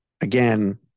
again